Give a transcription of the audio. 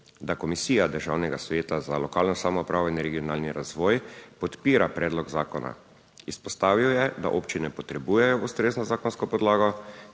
da Komisija Državnega sveta za lokalno samoupravo in regionalni razvoj podpira predlog zakona. Izpostavil je, da občine potrebujejo ustrezno zakonsko podlago,